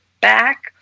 back